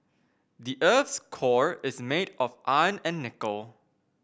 the earth's core is made of iron and nickel